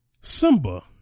Simba